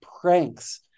pranks